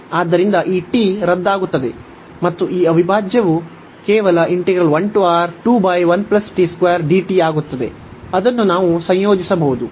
ಆದ್ದರಿಂದ ಈ t ರದ್ದಾಗುತ್ತದೆ ಮತ್ತು ಈ ಅವಿಭಾಜ್ಯವು ಕೇವಲ ಆಗುತ್ತದೆ ಅದನ್ನು ನಾವು ಸಂಯೋಜಿಸಬಹುದು